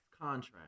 contract